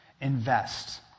invest